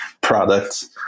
products